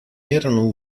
erano